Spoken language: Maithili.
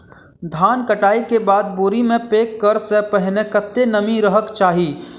धान कटाई केँ बाद बोरी मे पैक करऽ सँ पहिने कत्ते नमी रहक चाहि?